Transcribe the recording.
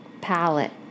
Palette